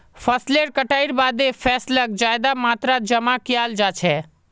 फसलेर कटाईर बादे फैसलक ज्यादा मात्रात जमा कियाल जा छे